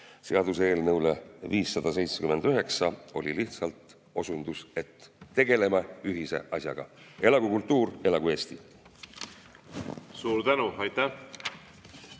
seaduseelnõu 579 kohta oli lihtsalt osundus, et tegeleme ühise asjaga. Elagu kultuur! Elagu Eesti! Suur tänu! Aitäh!